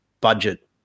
budget